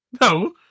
no